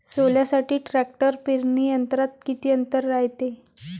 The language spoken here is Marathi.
सोल्यासाठी ट्रॅक्टर पेरणी यंत्रात किती अंतर रायते?